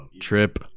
Trip